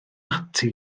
ati